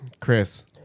chris